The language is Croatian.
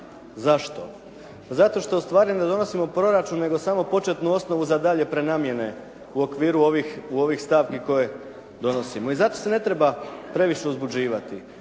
Zašto? Zato što ustvari ne donosimo proračun nego samo početnu osnovu za dalje prenamjene u okviru ovih stavki koje donosimo. I zato se ne treba previše uzbuđivati.